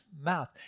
mouth